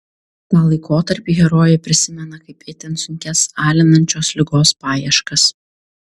tą laikotarpį herojė prisimena kaip itin sunkias alinančios ligos paieškas